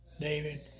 David